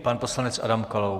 Pan poslanec Adam Kalous.